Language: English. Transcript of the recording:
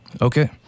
Okay